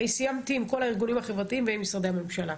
אני סיימתי עם כל הארגונים החברתיים ועם משרדי הממשלה.